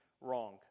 wrong